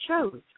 chose